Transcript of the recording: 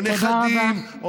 או נכדים,